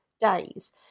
days